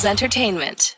Entertainment